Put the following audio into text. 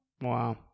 wow